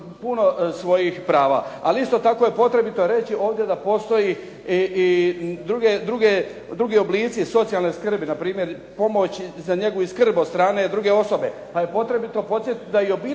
puno svojih prava. Ali isto tako je potrebito reći ovdje da postoji i druge oblici socijalne skrbi npr. pomoć za njegu i skrb od strane druge osobe, pa je potrebito podsjetiti da i obitelj